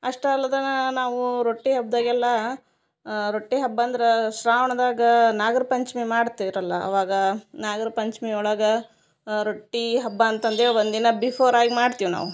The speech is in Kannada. ಅಷ್ಟು ಅಲ್ದನಾ ನಾವು ರೊಟ್ಟಿ ಹಬ್ದಾಗೆಲ್ಲ ರೊಟ್ಟಿ ಹಬ್ಬಂದರ ಶ್ರಾವಣದಾಗಾ ನಾಗರ ಪಂಚಮಿ ಮಾಡ್ತೀರಲ್ಲ ಅವಾಗ ನಾಗರ ಪಂಚಮಿ ಒಳಗ ರೊಟ್ಟಿ ಹಬ್ಬ ಅಂತಂದೇ ಒಂದಿನ ಬಿಫೋರ್ ಆಗಿ ಮಾಡ್ತಿವಿ ನಾವು